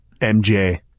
MJ